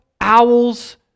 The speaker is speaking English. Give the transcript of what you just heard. owls